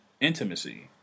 intimacy